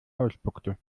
ausspuckte